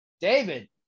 David